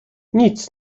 nic